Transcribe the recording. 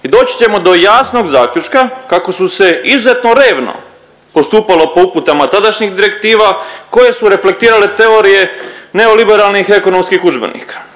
i doći ćemo do jasnog zaključka kako se izuzetno revno postupalo po uputama tadašnjih direktiva koje su reflektirale teorije neoliberalnih ekonomskih udžbenika.